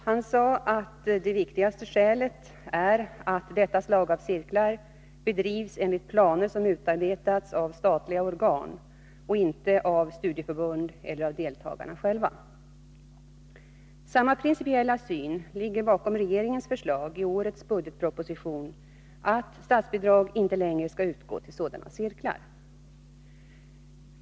Han sade att det viktigaste skälet är att detta slag av cirklar bedrivs enligt planer som utarbetas av statliga organ och inte av studieförbund eller av deltagarna själva. Samma principiella syn ligger bakom regeringens förslag i årets budgetproposition att statsbidrag inte längre skall utgå till sådana cirklar.